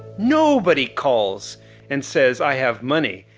nobody calls and says, i have money.